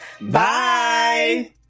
Bye